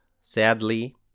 sadly